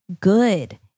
good